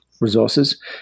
resources